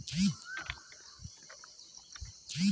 মাসিক কিস্তির সিস্টেম আছে কি?